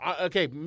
Okay